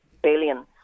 billion